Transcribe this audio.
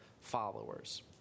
followers